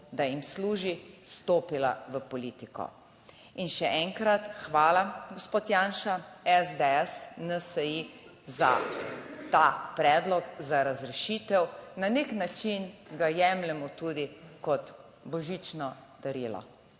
da jim služi, vstopila v politiko in še enkrat hvala, gospod Janša, SDS, NSi, za ta predlog za razrešitev, na nek način ga jemljemo tudi kot božično darilo,